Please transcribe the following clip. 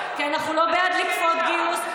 כי אנחנו לא בעד לכפות גיוס.